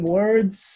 words